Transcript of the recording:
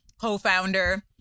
co-founder